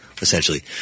essentially